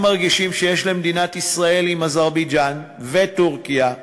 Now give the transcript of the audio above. הרגישים שיש למדינת ישראל עם אזרבייג'ן וטורקיה,